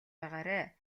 байгаарай